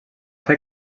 fer